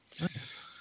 Nice